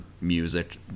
music